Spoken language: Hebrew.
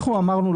אנחנו אמרנו,